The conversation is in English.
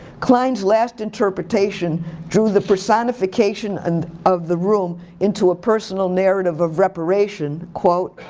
klein's last interpretation drew the personification and of the room into a personal narrative of reparation. quote,